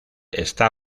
está